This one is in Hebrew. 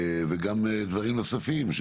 וגם דברים נוספים.